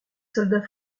soldats